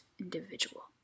individual